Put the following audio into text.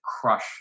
crush